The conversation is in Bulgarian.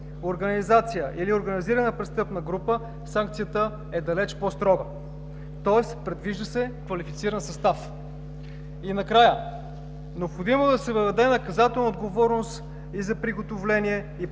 организация или организирана престъпна група, санкцията е далеч по-строга. Тоест, предвижда се квалифициран състав. И накрая, необходимо е да се въведе наказателна отговорност за приготовление